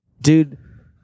Dude